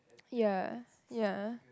ya ya